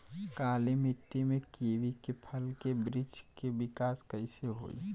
काली मिट्टी में कीवी के फल के बृछ के विकास कइसे होई?